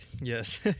yes